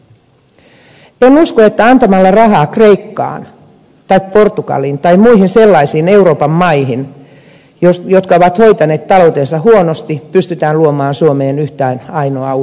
en usko että antamalla rahaa kreikkaan tai portugaliin tai muihin sellaisiin euroopan maihin jotka ovat hoitaneet taloutensa huonosti pystytään luomaan suomeen yhtään ainoaa uutta työpaikkaa